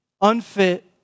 unfit